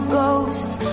ghosts